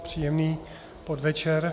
Příjemný podvečer.